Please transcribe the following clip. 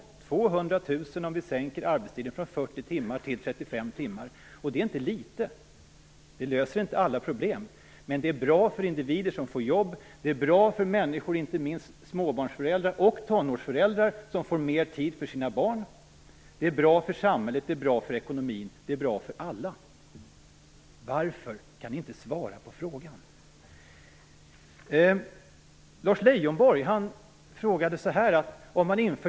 Det blir 200 000 jobb om vi sänker arbetstiden från 40 timmar till 35 timmar, och det är inte litet. Det löser inte alla problem, men det är bra för individer som får jobb. Det är bra för människor - inte minst småbarnsföräldrar och tonårsföräldrar - som får mer tid för sina barn. Det är bra för samhället. Det är bra för ekonomin. Det är bra för alla. Varför kan ni inte svara på frågan?